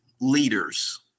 leaders